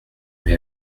mais